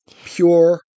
Pure